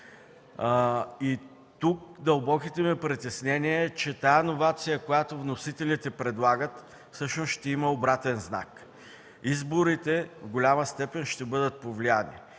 Тук дълбоките ни притеснения са, че тази иновация, която вносителите предлагат, всъщност ще има обратен знак. Изборите до голяма степен ще бъдат повлияни,